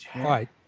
right